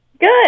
Good